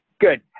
good